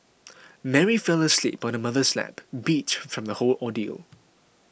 Mary fell asleep on her mother's lap beat from the whole ordeal